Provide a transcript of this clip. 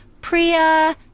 Priya